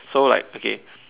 so like okay